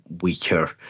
weaker